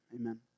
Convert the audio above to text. Amen